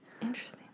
Interesting